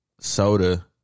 soda